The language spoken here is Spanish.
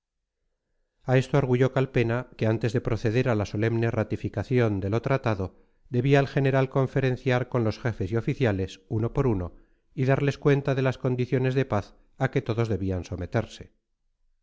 a esto arguyó calpena que antes de proceder a la solemne ratificación de lo tratado debía el general conferenciar con los jefes y oficiales uno por uno y darles cuenta de las condiciones de paz a que todos debían someterse